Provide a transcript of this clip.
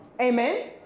Amen